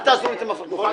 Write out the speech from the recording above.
רועי, תפסיק להפריע.